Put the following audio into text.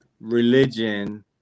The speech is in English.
religion